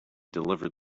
delivered